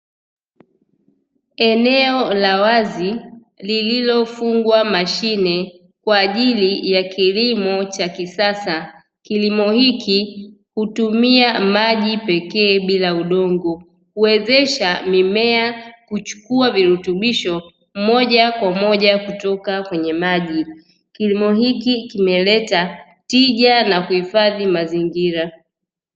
Eneo la wazi lililofungwa mashine kwa ajili ya kilimo cha kisasa, kilimo hiki hutumia maji pekee bila udongo, huwezesha mimea kuchukua virutubisho moja kwa moja kutoka kwenye maji, kilimo hiki kimeleta tija na kuhifadhi mazingira.